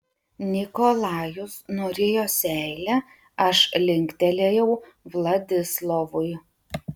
nikolajus nurijo seilę aš linktelėjau vladislovui